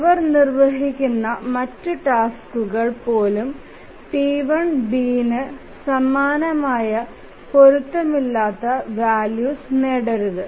അവർ നിർവ്വഹിക്കുന്ന മറ്റ് ടാസ്കുകൾ പോലും T1 Bന് സമാനമായ പൊരുത്തമില്ലാത്ത വാല്യൂസ് നേടരുത്